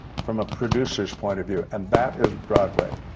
from a producer's point of view, and that is broadway.